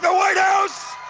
but white house!